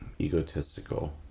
egotistical